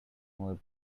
more